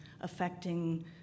affecting